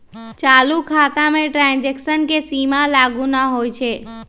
चालू खता में ट्रांजैक्शन के सीमा लागू न होइ छै